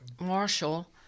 Marshall